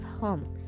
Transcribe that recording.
home